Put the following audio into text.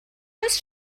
oes